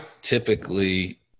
typically